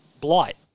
Blight